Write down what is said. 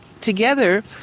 together